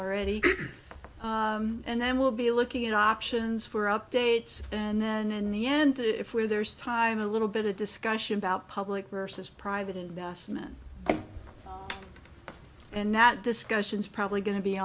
already and then we'll be looking at options for updates and then in the end if we're there is time a little bit of discussion about public versus private investment and not discussions probably go